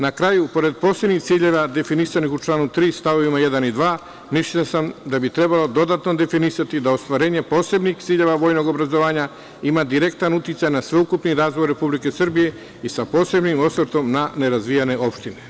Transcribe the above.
Na kraju, pored posebnih ciljeva definisanih u članu 3. st. 1. i 2, mišljenja sam da bi trebalo dodatno definisati da ostvarenje posebnih ciljeva vojnog obrazovanja ima direktan uticaj na sveukupni razvoj Republike Srbije i sa posebnim osvrtom na nerazvijene opštine.